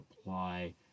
apply